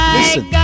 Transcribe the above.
Listen